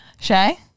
Shay